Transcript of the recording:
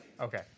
Okay